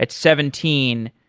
at seventeen,